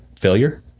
failure